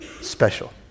special